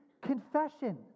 confession